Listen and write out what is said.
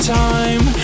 time